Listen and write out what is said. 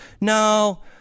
No